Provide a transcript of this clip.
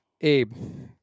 Abe